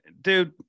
Dude